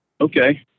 Okay